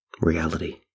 reality